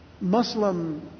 Muslim